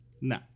No